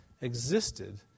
existed